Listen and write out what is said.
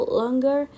longer